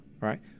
Right